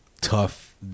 tough